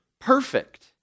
perfect